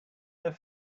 their